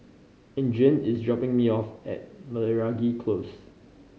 Adriene is dropping me off at Meragi Close